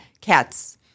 cats